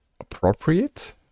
appropriate